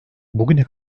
bugüne